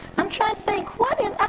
i'm trying to think, what in,